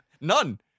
None